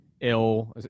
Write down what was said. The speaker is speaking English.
ill